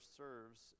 serves